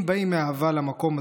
אם באים מאהבה למקום הזה,